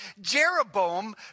Jeroboam